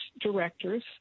directors